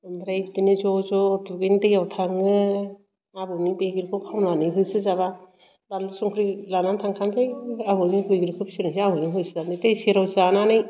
ओमफ्राय बिदिनो ज' ज' दुगैनो दैयाव थाङो आबौनि बैग्रिखौ खावनानै होसोजाबा बानलु संख्रि लानानै थांखासै ओमफ्राय आबौनि बैग्रिखौ फिरिसै आबौजों होसो जानोसै दै सेराव जानानै